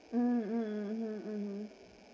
mm mm mm hmm mm hmm